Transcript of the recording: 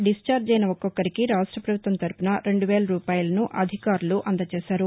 discharge అయిన ఒక్కొక్కరికీ రాష్ట ప్రభుత్వం తరపున రెండువేల రూపాయలను అధికారులు అందజేశారు